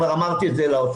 כבר אמרתי את זה לאוצר.